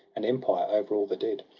and empire over all the dead.